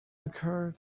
occur